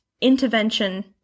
intervention